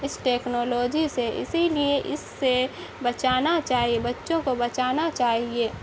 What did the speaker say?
اس technology سے اسی لیے اس سے بچانا چاہیے بچوں کو بچانا چاہیے